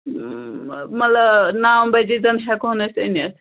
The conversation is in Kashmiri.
مطلب نَو بَجے تام ہیٚکہون أسۍ أنِتھ